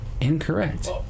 incorrect